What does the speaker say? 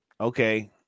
Okay